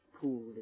pool